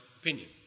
opinion